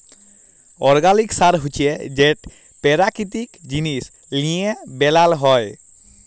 organic সার হছে যেট পেরাকিতিক জিনিস লিঁয়ে বেলাল হ্যয়